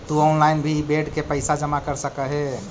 तु ऑनलाइन भी इ बेड के पइसा जमा कर सकऽ हे